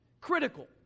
Critical